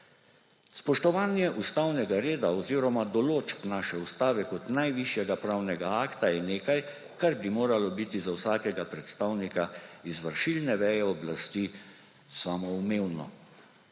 Spoštovanje ustavnega reda oziroma določb naše ustave kot najvišjega pravnega akta je nekaj, kar bi moralo biti za vsakega predstavnika izvršilne veje oblasti samoumevno.